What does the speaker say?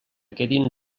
quedin